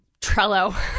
Trello